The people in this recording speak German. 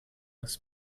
das